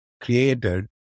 created